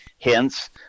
hence